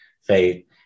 faith